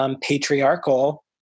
patriarchal